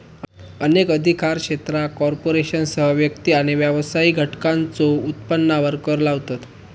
अनेक अधिकार क्षेत्रा कॉर्पोरेशनसह व्यक्ती आणि व्यावसायिक घटकांच्यो उत्पन्नावर कर लावतत